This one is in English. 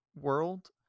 world